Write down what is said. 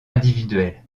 individuelle